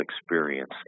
experience